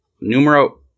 numero